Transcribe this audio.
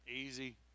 easy